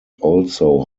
also